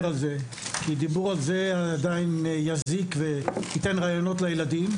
על זה כי דיבור על זה יזיק וייתן רעיונות לילדים,